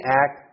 act